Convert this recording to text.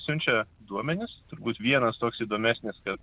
siunčia duomenis turbūt vienas toks įdomesnis kad